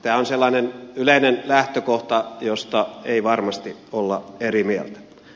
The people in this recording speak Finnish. tämä on sellainen yleinen lähtökohta josta ei varmasti olla eri mieltä